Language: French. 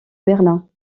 berlin